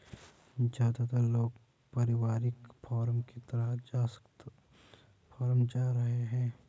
ज्यादातर लोग पारिवारिक फॉर्म की तरफ जा रहै है